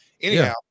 Anyhow